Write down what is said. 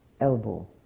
elbow